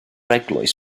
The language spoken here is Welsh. eglwys